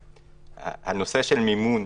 הנושא של מימון